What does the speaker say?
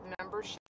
membership